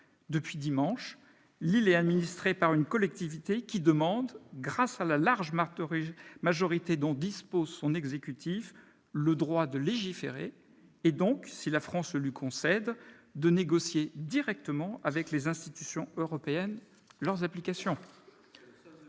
depuis dimanche, l'île est administrée par une collectivité qui demande, grâce à la large majorité dont dispose son exécutif, le droit de légiférer et, si la France le lui concède, celui de négocier directement avec les institutions européennes leurs applications.